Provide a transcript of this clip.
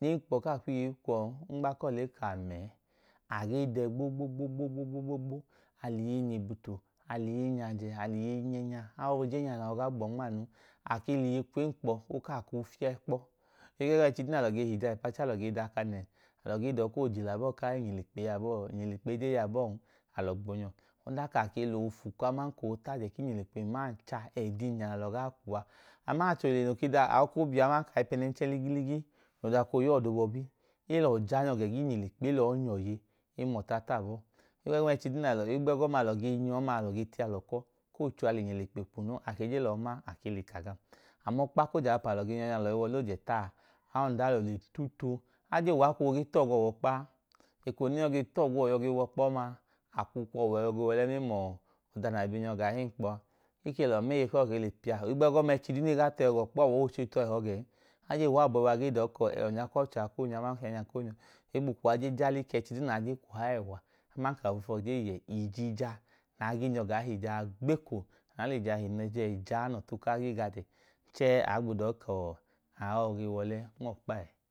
nẹ enkpọ kaa kwu iye i kwu ọọ, ng ba akuwọ le ka a mẹ ẹẹ. A gee dẹ gbogbogbogbo. A lẹ iye nya ajẹ, a lẹ iye nya ẹẹnya. A koo je ẹẹnya nẹ a gaa gbọọ nma anun. A ke lẹ iye kwu enkpọ, o kaa kwu fiyẹ kpọ. Ẹchi duu nẹ alọ ge hija ipu achi, alọ ge daka nẹ. alọ gee dọọ ka, ga abọọ kaa, inyilekpe yọ abọọ? Inyilekpe i jen yọ abọọn, alọ gboo nyọ. Ọdanka a ke lẹ oofu aman ka ootajẹ ku inyilekpe ma ancha, ẹdọ inya nẹ alọ gaa kwu a. aman achẹ ohile noo wẹ aokobiya awọ aman ka ayipẹnẹnchẹ ligiligi noo daka ooya uwọ ọda obọbi, e lẹ uwọ ja nyọ ga ẹga iyi inyilekpe, e le ọọ nya uwọ iye, e ma uwọ ta tajẹ abọọ. Ohigbu ẹgọma ẹchi duu nẹ, ohigbu ẹgọma ẹchi duu nẹ alọ ge nyọ ọma, alọ get u iyalọ ukọ, kocho, a lẹ inyilekpe nya um ie noo, a ke jen lọọ ma, a ke le ka gam. A ma ọkpa ku oje ahapa nẹ alọ gen yọ nẹ alọ ge wa ọlẹ oje ẹta a, aondu alọ tutu, a jen uwa koo ge tọgwu uwọ wa ọkpa a. E yọ ge tọgwu uwọ yọ ge wa ọkpa ọma, a kwokwu yọ ge wa ọlẹ mẹmla ọda nẹ a bi ga ọkpa gaa hẹ enkpọ ọkpa a. e ke lẹ uwọ ma ọkwẹyi, eyi kuwọ ke le kpa. Ohigbu ẹgọma eko nẹ e dọka ootẹhọ ga ọkpa e koo chẹ ootu uwọ ẹhọ gẹn. a jen uwa abọhiyuwa gee ka ọnyakwọchẹ a koo nyọ aman ka ẹẹnya koo nyọ. E je jalii ka eko duu nẹ aa jen kwọha le yẹ ijiija na aa gaa he jaa gbeko nẹ ẹjẹ le jẹ aa, gbọbu ku aa koo wa ọlẹ nma ọkpa a